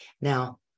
Now